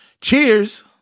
Cheers